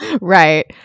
Right